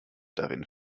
darin